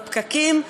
בפקקים,